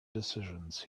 decisions